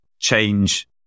change